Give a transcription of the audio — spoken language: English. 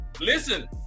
listen